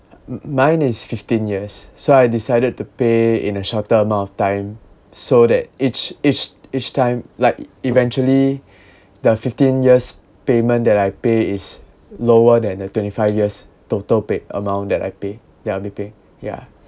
mine is fifteen years so I decided to pay in a shorter amount of time so that each each each time like eventually the fifteen years payment that I pay is lower than the twenty five years total paid amount that I pay that I'll be paying yeah